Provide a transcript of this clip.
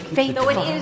faithful